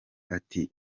ati